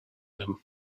them